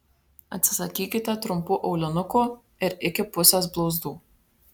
atsisakykite trumpų aulinukų ir iki pusės blauzdų